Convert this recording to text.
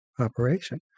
operation